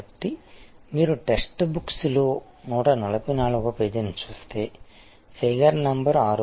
కాబట్టి మీరు పాఠ్య పుస్తకం లో 144 వ పేజీని చూస్తే ఫిగర్ నంబర్ 6